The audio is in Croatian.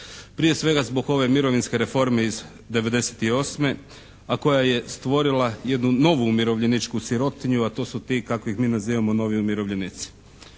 Prije svega zbog ove mirovinske reforme iz 98. a koja je stvorila jednu novu umirovljeničku sirotinju, a to su ti kako ih mi nazivamo novi umirovljenici.